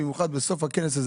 במיוחד בסוף הכנס הזה,